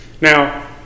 Now